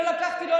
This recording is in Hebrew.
לא לקחתי,